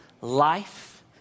life